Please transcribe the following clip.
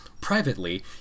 Privately